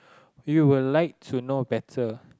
we will like to know better